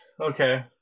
Okay